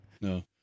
No